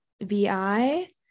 VI